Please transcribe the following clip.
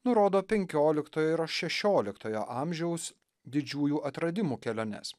nurodo penkioliktojo ir šešoliktojo amžiaus didžiųjų atradimų keliones